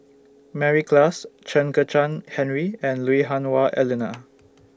Mary Klass Chen Kezhan Henri and Lui Hah Wah Elena